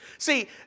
See